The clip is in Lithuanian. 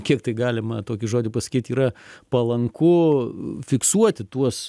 kiek tai galima tokį žodį pasakyt yra palanku fiksuoti tuos